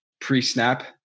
pre-snap